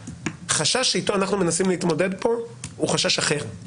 החשש שאיתו אנחנו מנסים להתמודד כאן הוא חשש אחר.